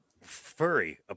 furry